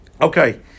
Okay